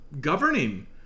governing